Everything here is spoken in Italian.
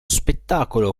spettacolo